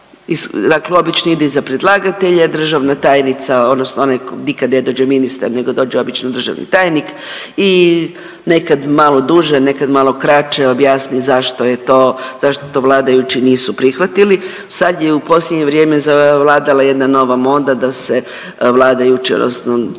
dakle obično ide iza predlagatelja državna tajnica odnosno onaj, nikad ne dođe ministar nego dođe obično državni tajnik i nekad malo duže, nekad malo kraće objasni zašto je to, zašto to vladajući nisu prihvatili. Sad je u posljednje vrijeme zavladala jedna nova moda da se vladajući odnosno